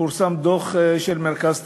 פורסם דוח של מרכז טאוב.